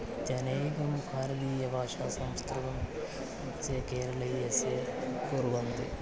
इत्यनेकं भारतीया भाषा संस्कृतस्य केरलीयस्य कुर्वन्ति